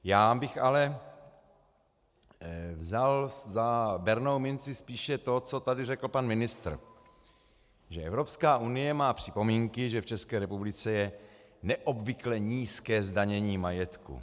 Já bych ale vzal za bernou minci spíše to, co tady řekl pan ministr, že Evropská unie má připomínky, že v České republice je neobvykle nízké zdanění majetku.